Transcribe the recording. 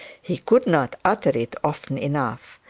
he could not utter it often enough.